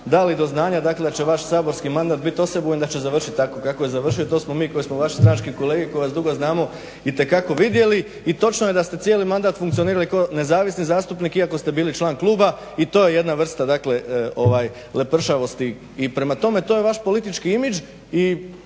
dali do znanja da će vaš saborski mandat bit osebujan da će završit tako kako je završio. To smo mi koji smo vaši stranački kolege, koji vas dugo znamo itekako vidjeli i točno je da ste cijeli mandat funkcionirali kao nezavisni zastupnik iako ste bili član Kluba. I to je jedna vrsta lepršavosti i to je dakle vaš politički imidž i